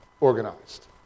organized